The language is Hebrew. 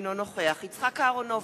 אינו נוכח יצחק אהרונוביץ,